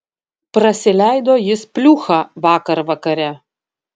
prasileido jis pliūchą vakar vakare